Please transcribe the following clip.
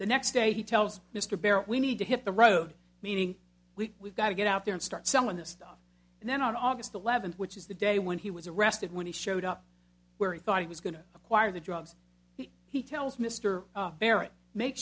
the next day he tells mr barrett we need to hit the road meaning we we've got to get out there and start selling this stuff and then on august eleventh which is the day when he was arrested when he showed up where he thought he was going to acquire the drugs he tells mr barrett make